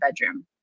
bedroom